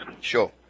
Sure